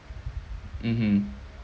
mmhmm